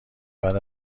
بعد